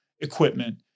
equipment